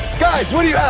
guys, what do you have?